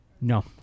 No